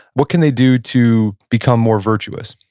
what can they do to become more virtuous?